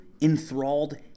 enthralled